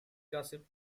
gossip